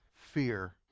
fear